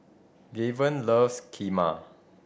Gaven loves Kheema